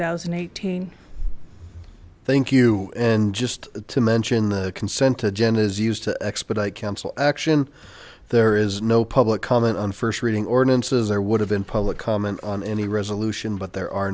thousand and eighteen thank you and just to mention the consent agenda is used to expedite council action there is no public comment on first reading ordinances there would have been public comment on any resolution but there are